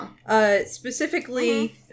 Specifically